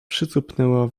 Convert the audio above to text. przycupnęła